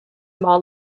more